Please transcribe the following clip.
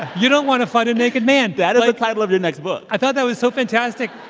you don't want to fight a naked man that is the title of your next book i thought that was so fantastic.